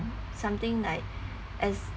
something like as